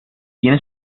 tiene